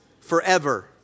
forever